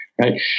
right